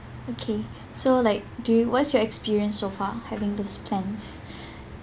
okay so like do you what's your experience so far having those plans